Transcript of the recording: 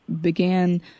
began